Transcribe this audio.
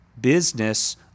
business